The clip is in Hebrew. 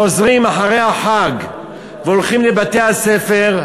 חוזרים אחרי החג והולכים לבתי-הספר,